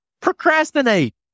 procrastinate